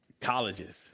colleges